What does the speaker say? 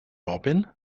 robin